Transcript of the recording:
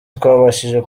twabashije